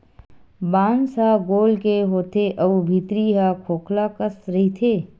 बांस ह गोल के होथे अउ भीतरी ह खोखला कस रहिथे